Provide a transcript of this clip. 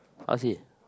I want see